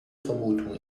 vermutung